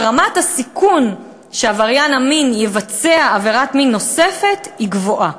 שרמת הסיכון שעבריין המין יבצע עבירת מין נוספת היא גבוהה.